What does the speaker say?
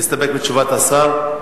להסתפק בתשובת השר?